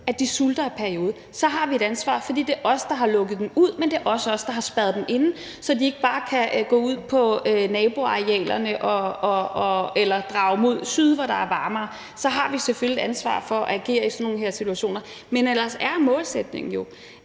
at de sulter i en periode, så har vi et ansvar – for det er os, der har lukket dem ud, men det er også os, der har spærret dem inde, så de ikke bare kan gå ind på naboarealerne eller drage mod syd, hvor der er varmere. Så vi har selvfølgelig et ansvar for at agere i sådan nogle situationer, men ellers er målsætningen jo,